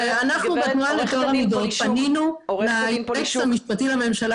אנחנו בתנועה לטוהר המידות פנינו ליועץ המשפטי לממשלה